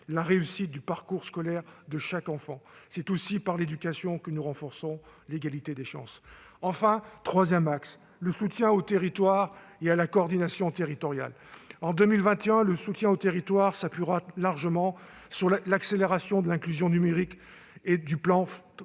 la réussite scolaire de chaque enfant. C'est aussi par l'éducation que nous renforçons l'égalité des chances. Le troisième et dernier axe est le soutien aux territoires et à la coordination territoriale. En 2021, le soutien aux territoires s'appuiera largement sur l'accélération de l'inclusion numérique et du plan France